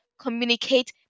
communicate